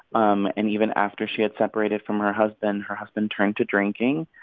um and even after she had separated from her husband, her husband turned to drinking,